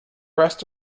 rest